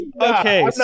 okay